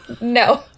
no